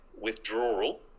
withdrawal